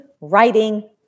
Writing